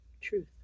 Truth